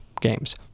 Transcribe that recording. games